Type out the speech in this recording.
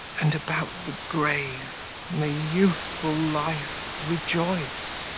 and about the grave may youthful life rejoice,